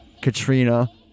Katrina